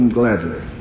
gladly